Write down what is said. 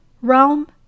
realm